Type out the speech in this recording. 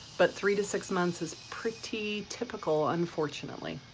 but three to six months is pretty typical unfortunately.